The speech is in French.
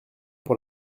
pour